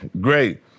great